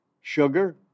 sugar